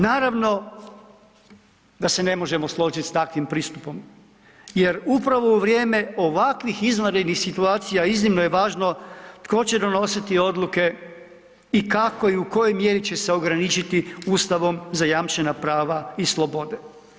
Naravno da se ne možemo složiti s takvim pristupom jer upravo u vrijeme ovakvih izvanrednih situacija iznimno je važno tko će donositi odluke i kako i u kojoj mjeri će se ograničiti Ustavom zajamčena prava i slobode.